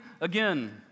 again